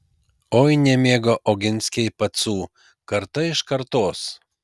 oi nemėgo oginskiai pacų karta iš kartos